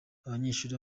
abanyeshuri